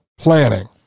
planning